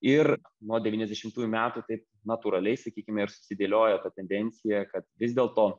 ir nuo devyniasdešimtųjų metų taip natūraliai sakykime ir susidėlioja ta tendencija kad vis dėl to